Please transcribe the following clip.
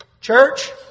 Church